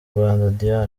rwanda